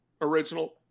original